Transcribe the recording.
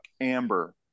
amber